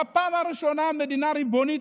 בפעם הראשונה מדינה ריבונית,